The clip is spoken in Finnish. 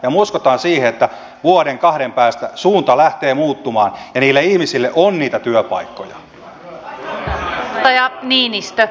ja me uskomme siihen että vuoden kahden päästä suunta lähtee muuttumaan ja niille ihmisille on niitä työpaikkoja